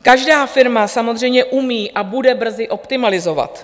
Každá firma samozřejmě umí a bude brzy optimalizovat.